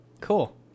Cool